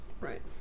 right